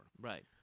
Right